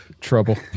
trouble